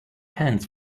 hands